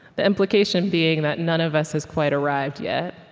the implication being that none of us has quite arrived yet.